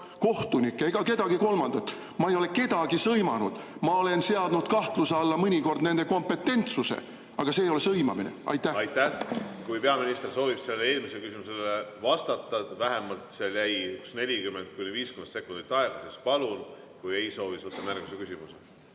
kohtunikke ega kedagi kolmandat. Ma ei ole kedagi sõimanud! Ma olen seadnud kahtluse alla mõnikord nende kompetentsuse, aga see ei ole sõimamine. Aitäh! Kui peaminister soovib sellele eelmisele küsimusele vastata, seal jäi vähemalt 40–50 sekundit aega, siis palun! Kui ei soovi, siis võtame järgmise küsimuse.